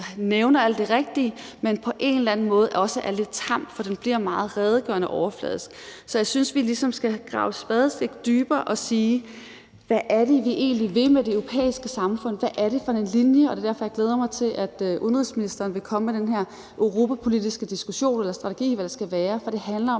nævner alt det rigtige, men at den på en eller anden måde også er lidt tam. For den bliver meget redegørende og overfladisk. Så jeg synes, vi ligesom skal grave et spadestik dybere og sige, hvad det egentlig er, vi vil med det europæiske samfund, og hvad det er for en linje, og det er derfor, jeg glæder mig til, at udenrigsministeren vil komme med den her europapolitiske diskussion eller strategi, eller hvad det skal være. For det handler